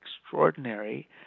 extraordinary